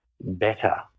better